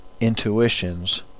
intuitions